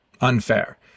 unfair